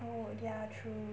oh ya true